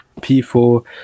p4